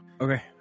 Okay